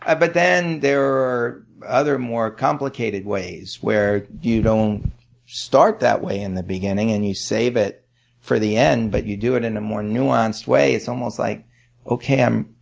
ah but then there are other, more complicated ways where you don't start that way in the beginning and you save it for the end, but you do it in a more nuanced way. it's almost like okay, um